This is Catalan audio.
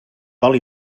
oli